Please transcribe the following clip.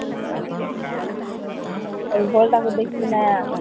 ଆଉ ଭଲଟାକେ ଦେଖିକିନା